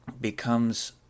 becomes